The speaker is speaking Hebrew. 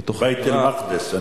"בית אל-מקדס".